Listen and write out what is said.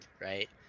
right